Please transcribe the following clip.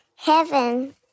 Heaven